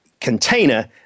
container